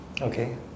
Okay